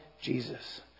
Jesus